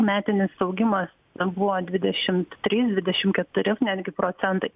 metinis augimas buvo dvidešim trys dvidešim keturi netgi procentai